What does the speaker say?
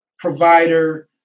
provider